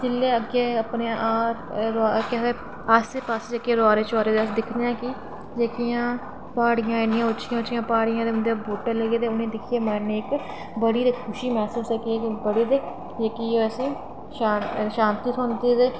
जेल्लै अग्गै अपने केह् आखदे आस्सै पास्सै अस आरें रुआरें दिक्खने आं कि ते जेह्ड़ियां इन्नियां उच्चियां उच्चियां प्हाड़ियां ते इंदे बूह्टे दिक्खियै मन इक्क बड़ी गै खुशी ते बड़े गै जेह्की ओह् असेंगी शांति थ्होंदी